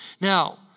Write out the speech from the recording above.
Now